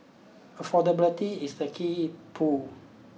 affordability is the key pull